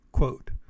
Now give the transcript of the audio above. Quote